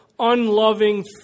unloving